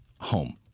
home